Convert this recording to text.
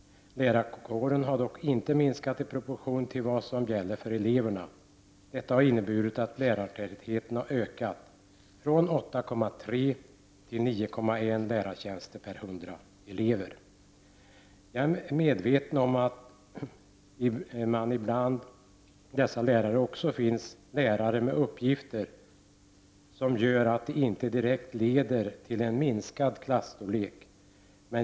Lärarkåren har dock inte minskat i proportion till vad som gäller för eleverna. Detta har inneburit att lärartätheten har ökat från 8,3 till 9,1 lärartjänster per 100 elever. Jag är medveten om att bland dessa lärare också finns lärare med uppgifter som inte direkt leder till en minskad klasstorlek.